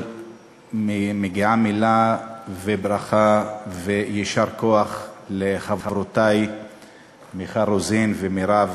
מגיעה מילה וברכה ויישר כוח לחברותי מיכל רוזין ומירב